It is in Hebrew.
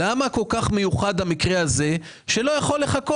למה כל כך מיוחד המקרה הזה שלא יכול לחכות?